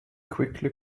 quickly